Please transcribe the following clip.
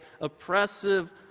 oppressive